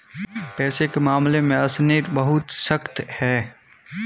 पैसे के मामले में अशनीर बहुत सख्त है